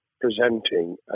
presenting